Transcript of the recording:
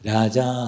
Raja